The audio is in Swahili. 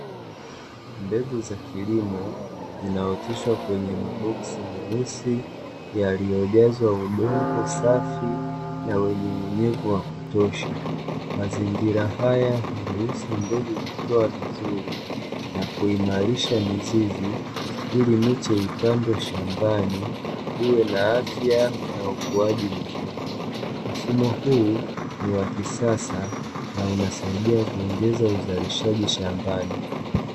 Mbegu za kilimo zinaoteshwa kwenye mabox meusi yaliyojazwa udongo safi na yenye unyevu wa kutosha, mazingira haya huruhusu mbegu kukua vizuri na kuimarisha mizizi ili miche ipandwe shambani iwe na afya na ukuaji mzuri, mfumo huu ni wa kisasa na unasaidia kuongeza uzalishaji shambani.